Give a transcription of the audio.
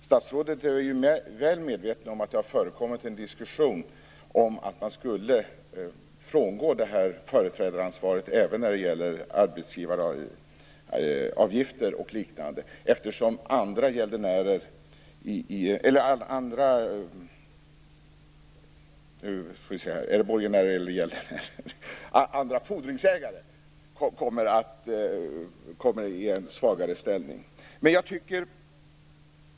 Statsrådet är väl medveten om att det har förekommit en diskussion om att man skulle frångå företrädaransvaret även när det gäller arbetsgivaravgifter och liknande, eftersom andra fordringsägare kommer i en svagare ställning.